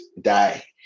die